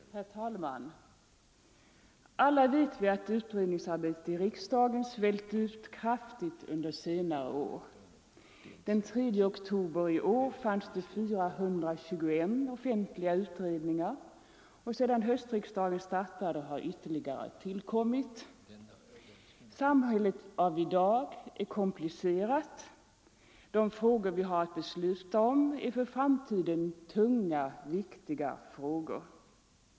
Herr talman! Alla vet vi att utredningsarbetet i riksdagen svällt ut kraftigt under senare år. Den 3 oktober i år fanns det 421 offentliga utredningar och sedan höstriksdagen startade har ytterligare några tillkommit. Samhället av i dag är komplicerat, de frågor vi har att besluta om är för framtiden tunga och viktiga frågor.